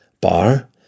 Bar